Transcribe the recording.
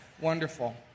Wonderful